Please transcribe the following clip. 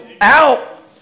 out